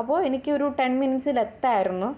അപ്പോൾ എനിക്കൊരു ടെൻ മിനിറ്റ്സിൽ എത്താമായിരുന്നു